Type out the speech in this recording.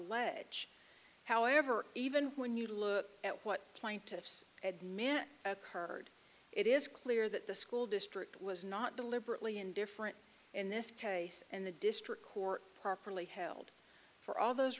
ege however even when you look at what plaintiffs had man at cards it is clear that the school district was not deliberately indifferent and this case and the district court properly held for all those